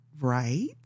right